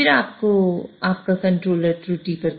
और फिर आपका कंट्रोलर त्रुटि